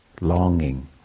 longing